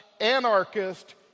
anarchist